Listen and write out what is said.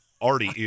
already